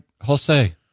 Jose